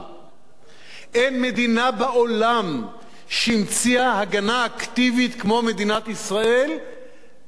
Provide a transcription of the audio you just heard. אין מדינה בעולם שהמציאה הגנה אקטיבית כמו מדינת ישראל בשנים האחרונות.